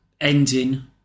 ending